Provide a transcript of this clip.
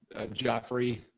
Joffrey –